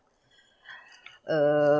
uh